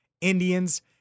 Indians